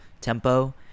tempo